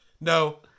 No